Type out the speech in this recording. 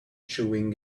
chewing